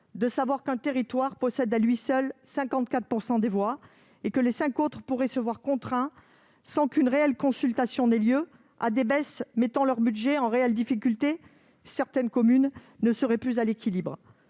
de savoir qu'un territoire possède à lui seul 54 % des voix et que les cinq autres conseils de territoire pourraient se voir contraints, sans qu'une réelle consultation ait lieu, à des baisses mettant leur budget en réelle difficulté. Certaines communes ne seraient plus à l'équilibre.